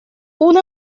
una